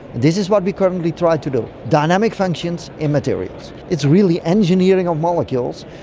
this is what we currently try to do, dynamic functions in materials. it's really engineering of molecules,